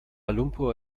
lumpur